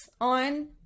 on